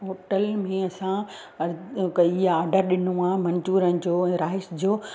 hotel में असां कई आ ऑडर ॾिनो आहे मंचुरियन जो राइस जो